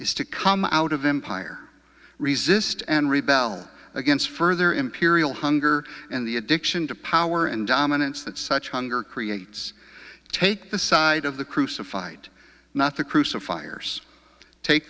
is to come out of empire resist and rebel against further imperial hunger and the addiction to power and dominance that such hunger creates take the side of the crucified not the crew so fires take